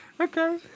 Okay